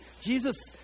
Jesus